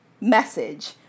Message